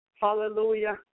Hallelujah